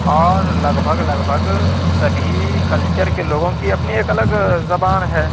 اور لگ بھگ لگ بھگ سبھی کلچر کے لوگوں کی اپنی ایک الگ زبان ہے